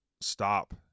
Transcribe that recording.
stop